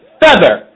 feather